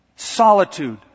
Solitude